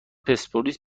پرسپولیس